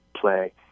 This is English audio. play